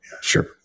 Sure